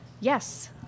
Yes